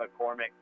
McCormick